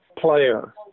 player